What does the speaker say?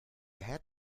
head